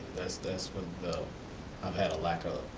that's that's what i've had a lack of.